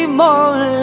more